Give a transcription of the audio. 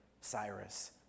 Cyrus